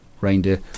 reindeer